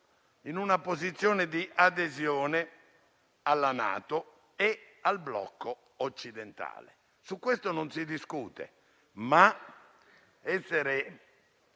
in una posizione di adesione alla NATO e al blocco occidentale. Su questo non si discute. Tuttavia, essere